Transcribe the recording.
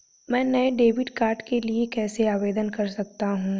मैं नए debit card के लिए कैसे आवेदन कर सकता हूँ?